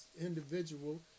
individual